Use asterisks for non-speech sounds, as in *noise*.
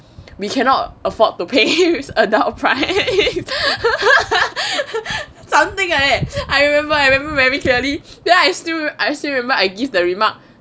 we cannot afford to pay those adult price *laughs* something like that I remember I remember very clearly then I still I still remember I give the remark